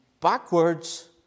backwards